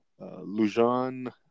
Lujan